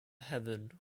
heaven